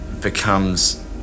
becomes